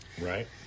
Right